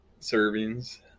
Servings